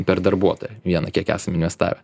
per darbuotoją vieną kiek esam investavę